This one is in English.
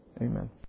Amen